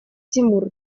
тимур